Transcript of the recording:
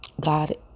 God